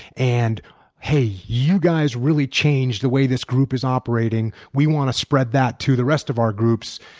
and hey, you guys really changed the way this group is operating we want to spread that to the rest of our groups.